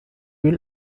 will